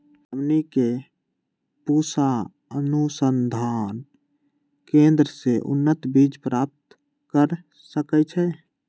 हमनी के पूसा अनुसंधान केंद्र से उन्नत बीज प्राप्त कर सकैछे?